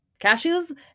Cashews